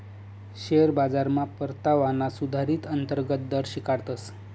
share बाजारमा परतावाना सुधारीत अंतर्गत दर शिकाडतस